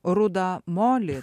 rudą molį